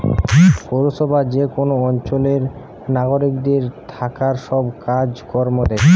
পৌরসভা যে কোন অঞ্চলের নাগরিকদের থাকার সব কাজ কর্ম দ্যাখে